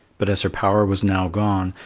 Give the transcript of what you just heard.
but as her power was now gone,